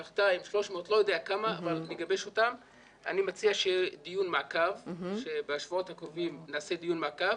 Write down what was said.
אני מציע שבשבועות הקרובים נעשה דיון מעקב.